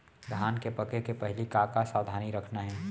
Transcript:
धान के पके के पहिली का का सावधानी रखना हे?